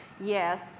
Yes